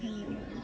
धन्यवाद